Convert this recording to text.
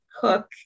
cook